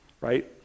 right